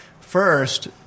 First